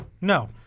No